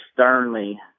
sternly